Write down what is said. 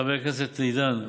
חבר הכנסת עידן,